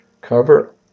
cover